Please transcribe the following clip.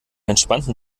entspannten